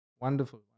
Wonderful